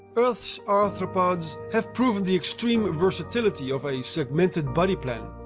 earth's arthropods have proven the extreme versatility of a segmented body plan.